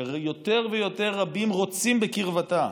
שרבים יותר ויותר רוצים בקרבתה,